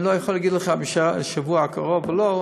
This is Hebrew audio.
אני לא יכול להגיד לך אם בשבוע הקרוב או לא,